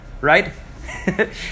right